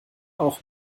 auch